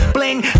Bling